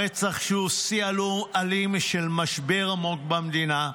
הרצח שהוא שיא אלים של משבר עמוק במדינה,